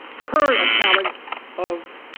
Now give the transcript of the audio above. current italics of